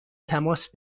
تماس